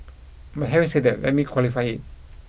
but having say that let me qualify it